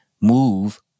move